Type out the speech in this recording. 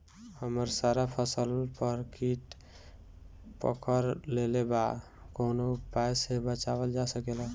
हमर सारा फसल पर कीट पकड़ लेले बा कवनो उपाय से बचावल जा सकेला?